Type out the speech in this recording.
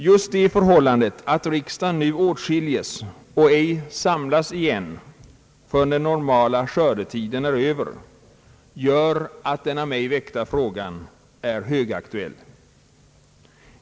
Just det förhållandet att riksdagen nu åtskiljes och ej samlas igen förrän den normala skördetiden är över gör att den av mig väckta frågan är högaktuell.